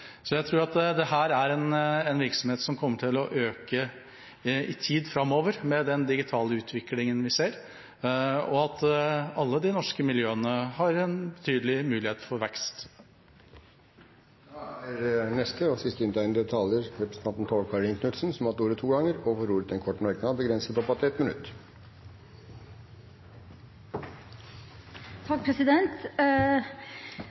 Så jeg tror at dette er en virksomhet som kommer til å øke i tida framover, med den digitale utviklingen vi ser, og at alle de norske miljøene har en tydelig mulighet for vekst. Tove Karoline Knutsen har hatt ordet to ganger og får ordet til en kort merknad, begrenset til 1 minutt.